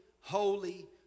holy